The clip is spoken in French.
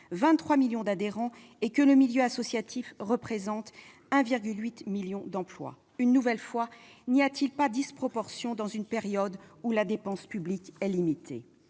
23 millions d'adhérents, et que le milieu associatif représente 1,8 million d'emplois. Encore une fois, n'est-ce pas disproportionné, au moment où la dépense publique est limitée ?